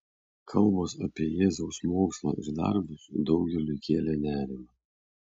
kalbos apie jėzaus mokslą ir darbus daugeliui kėlė nerimą